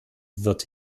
wird